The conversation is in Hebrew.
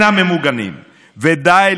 ברוכים הבאים,